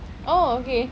oh okay